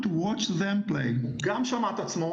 הוא גם שמע את עצמו,